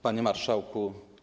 Panie Marszałku!